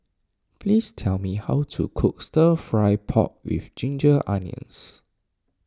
please tell me how to cook Stir Fry Pork with Ginger Onions